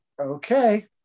okay